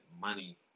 money